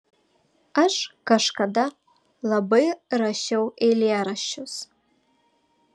aš kažkada labai rašiau eilėraščius